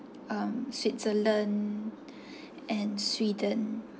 um switzerland and sweden